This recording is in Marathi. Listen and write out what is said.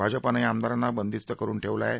भाजपानं या आमदारांना बंदिस्त करुन ठेवलं आहे